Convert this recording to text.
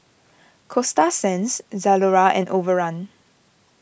Coasta Sands Zalora and Overrun